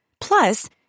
Plus